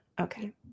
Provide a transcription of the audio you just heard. Okay